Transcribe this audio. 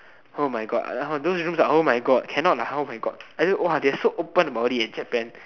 oh my god those rooms are oh my god cannot lah oh my god !wah! they are so open about it eh in Japan